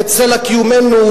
וסלע קיומנו,